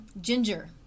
Ginger